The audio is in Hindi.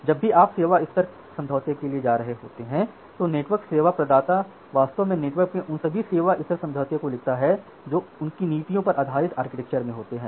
जब भी आप सेवा स्तर समझौते के लिए जा रहे होते हैं तो नेटवर्क सेवा प्रदाता वास्तव में नेटवर्क में उन सभी सेवा स्तर समझौते को लिखता है जो उनकी नीतियों पर आधारित आर्किटेक्चर में होते हैं